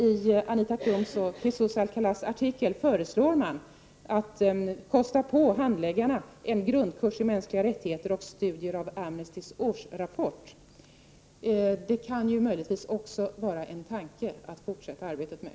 I Anita Klums och Jesus Alcalas artikel föreslås att man skall kosta på handläggarna en grundkurs i mänskliga rättigheter och studier av Amnestys årsrapport. Det kan möjligtvis också vara en tanke att fortsätta arbetet med.